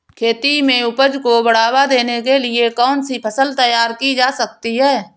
खेती में उपज को बढ़ावा देने के लिए कौन सी फसल तैयार की जा सकती है?